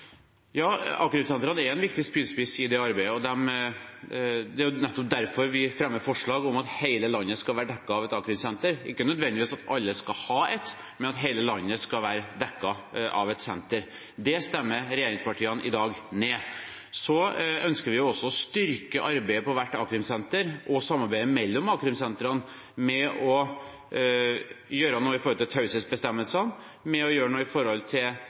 er en viktig spydspiss i det arbeidet, og det er nettopp derfor vi fremmer forslag om at hele landet skal være dekket av et a-krimsenter – ikke at alle nødvendigvis skal ha et, men at hele landet skal være dekket av et senter. Det stemmer regjeringspartiene i dag ned. Så ønsker vi også å styrke arbeidet på hvert a-krimsenter og samarbeidet mellom a-krimsentrene ved å gjøre noe med taushetsbestemmelsene, ved å gjøre noe med hjemlene til å gjøre beslag, iverksette tiltak. Hvorfor denne uviljen fra regjeringspartiene mot å bidra til